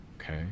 Okay